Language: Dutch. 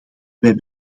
wij